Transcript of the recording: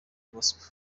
gospel